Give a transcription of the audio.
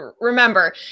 Remember